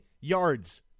yards